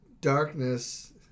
darkness